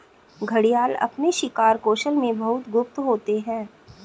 घड़ियाल अपने शिकार कौशल में बहुत गुप्त होते हैं